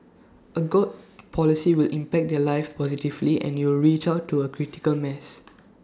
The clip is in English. A good policy will impact their lives positively and you'll reach out to A critical mass